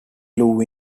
loo